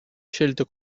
scelto